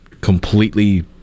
completely